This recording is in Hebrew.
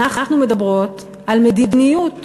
אנחנו מדברות על מדיניות